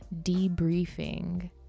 debriefing